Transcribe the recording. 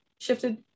shifted